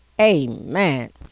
Amen